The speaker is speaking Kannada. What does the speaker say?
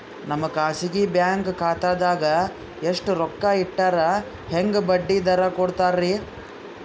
ನಮ್ಮ ಖಾಸಗಿ ಬ್ಯಾಂಕ್ ಖಾತಾದಾಗ ಎಷ್ಟ ರೊಕ್ಕ ಇಟ್ಟರ ಹೆಂಗ ಬಡ್ಡಿ ದರ ಕೂಡತಾರಿ?